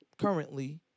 currently